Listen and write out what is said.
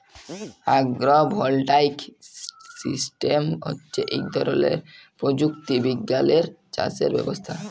আগ্র ভল্টাইক সিস্টেম হচ্যে ইক ধরলের প্রযুক্তি বিজ্ঞালের চাসের ব্যবস্থা